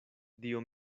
dio